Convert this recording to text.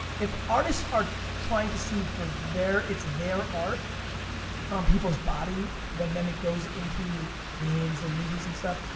if artists are trying to sue for their, it's their art on people's body when then it goes into games or movies and stuff,